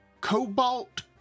Cobalt